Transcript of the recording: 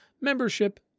membership